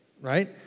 right